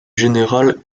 général